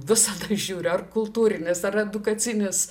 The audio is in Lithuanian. visada žiūriu ar kultūrinis ar edukacinis